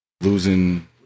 losing